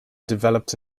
developed